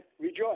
Rejoice